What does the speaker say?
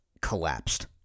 collapsed